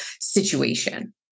situation